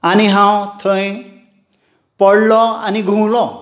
आनी हांव थंय पडलों आनी घुंवलों